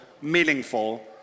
meaningful